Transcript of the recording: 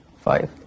five